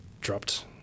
dropped